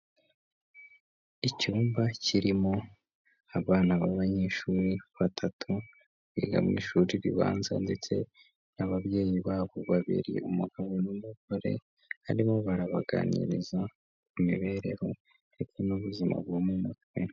Icyumba kirimo abana b'abanyeshuri batatu biga mu ishuri ribanza ndetse n'ababyeyi babo babiri, umugabo n'umugore barimo barabaganiriza ku mibereho ndetse n'ubuzima bwo mu mutwe.